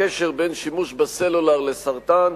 הקשר בין שימוש בטלפון סלולרי לסרטן,